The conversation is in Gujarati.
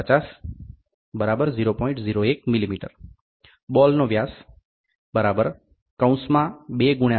01 mm બોલ નો વ્યાસ 2 × 0